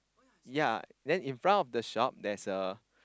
ya then in front of the shop there's a